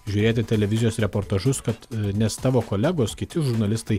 žiūrėti televizijos reportažus kad nes tavo kolegos kiti žurnalistai